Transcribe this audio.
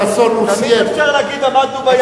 תמיד אפשר להגיד "עמדנו ביעדים".